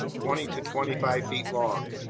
twenty to twenty-five feet long,